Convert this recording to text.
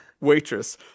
waitress